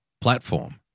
platform